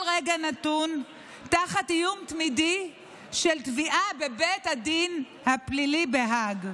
רגע נתון תחת איום תמידי של תביעה בבית הדין הפלילי בהאג.